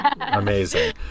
amazing